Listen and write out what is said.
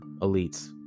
elites